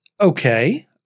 Okay